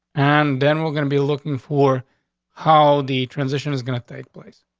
and then we're gonna be looking for how the transition is gonna take place.